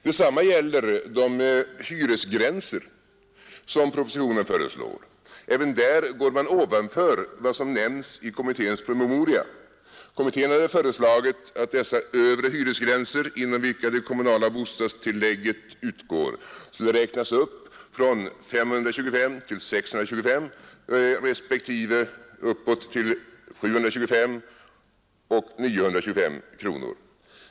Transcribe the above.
Detsamma gäller de hyresgränser som propositionen föreslår. Även där går man ovanför vad som nämns i kommitténs promemoria. Kommittén hade föreslagit att dessa övre hyresgränser, inom vilka det kommunala bostadstillägget utgår, skulle räknas upp från 520 till 625 respektive 725 och 925 kronor.